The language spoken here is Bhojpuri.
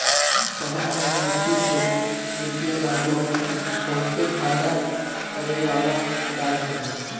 शहद मधुमक्खी से निकलेला जवन की बहुते फायदा करेवाला पदार्थ हवे